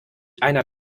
einer